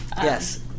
Yes